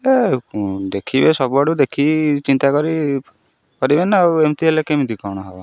ଦେଖିବେ ସବୁଆଡ଼ୁ ଦେଖି ଚିନ୍ତା କରି କରିବେ ନା ଆଉ ଏମିତି ହେଲେ କେମିତି କ'ଣ ହେବ